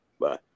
Bye